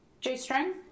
G-string